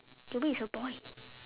to me is a boy